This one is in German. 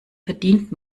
verdient